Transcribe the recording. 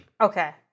Okay